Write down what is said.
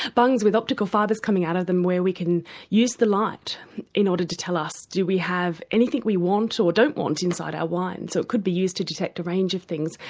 bungs with optical fibres coming out of them where we can use the light in order to tell us do we have anything we want or don't want inside our wine. so it could be used to detect a range of things,